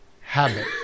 habit